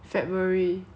asked me about it